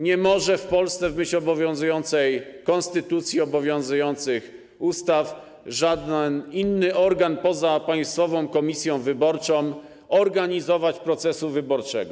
Nie może w Polsce w myśl obowiązującej konstytucji, obowiązujących ustaw żaden inny organ, poza Państwową Komisją Wyborczą, organizować procesu wyborczego.